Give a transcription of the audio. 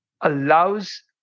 allows